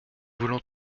voulons